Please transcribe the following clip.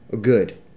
good